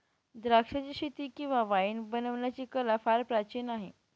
द्राक्षाचीशेती किंवा वाईन बनवण्याची कला फार प्राचीन आहे